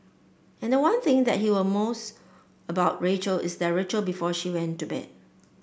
and one thing that he will most about Rachel is their ritual before she went to bed